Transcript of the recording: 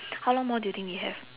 how long more do you think we have